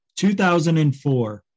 2004